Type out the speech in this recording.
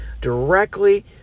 directly